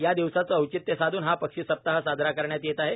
या दिवसांचे औचित्य साधून हा पक्षी सप्ताह साजरा करण्यात येत आहे